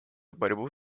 борьбу